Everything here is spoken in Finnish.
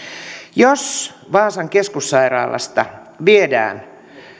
jos vaasan keskussairaalasta viedään